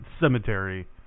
cemetery